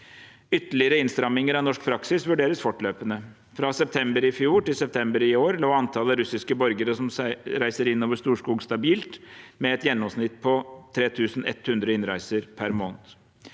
Ytterligere innstramminger av norsk praksis vurderes fortløpende. Fra september i fjor til september i år lå antallet russiske borgere som reiser inn over Storskog, stabilt, med et gjennomsnitt på ca. 3 100 innreiser per måned.